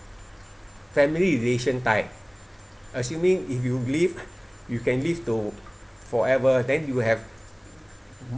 family relation tie assuming if you live you can live to forever then you will have